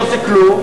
לא עושה כלום,